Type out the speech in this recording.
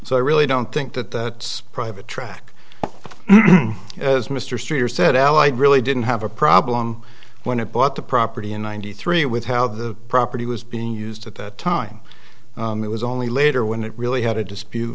so i really don't think that private track as mr streeter said ally really didn't have a problem when it bought the property in ninety three with how the property was being used at that time it was only later when it really had a dispute